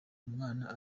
umwana